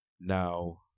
Now